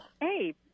Hey